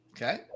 Okay